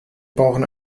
brauchen